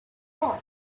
war